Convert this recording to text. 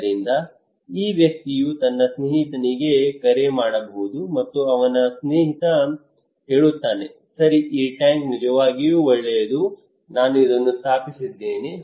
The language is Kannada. ಆದ್ದರಿಂದ ಈ ವ್ಯಕ್ತಿಯು ತನ್ನ ಸ್ನೇಹಿತನಿಗೆ ಕರೆ ಮಾಡಬಹುದು ಮತ್ತು ಅವನ ಸ್ನೇಹಿತ ಹೇಳುತ್ತಾನೆ ಸರಿ ಈ ಟ್ಯಾಂಕ್ ನಿಜವಾಗಿಯೂ ಒಳ್ಳೆಯದು ನಾನು ಇದನ್ನು ಸ್ಥಾಪಿಸಿದ್ದೇನೆ